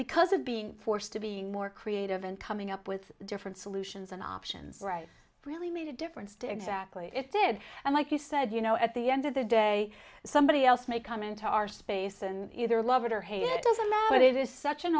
because of being forced to be more creative and coming up with different solutions and options right really made a difference to exactly what it did and like you said you know at the end of the day somebody else may come into our space and either love it or hate